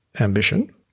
ambition